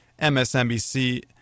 MSNBC